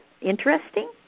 interesting